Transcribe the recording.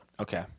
Okay